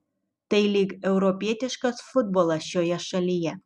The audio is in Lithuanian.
tai lyg europietiškas futbolas šioje šalyje